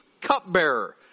cupbearer